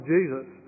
Jesus